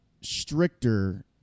stricter